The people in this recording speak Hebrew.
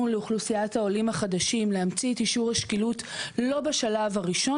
לאוכלוסיית העולים החדשים להמציא את אישור השקילות לא בשלב הראשון